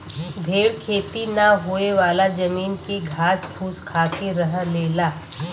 भेड़ खेती ना होयेवाला जमीन के घास फूस खाके रह लेला